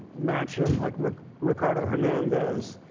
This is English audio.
match them. like ricardo hernandez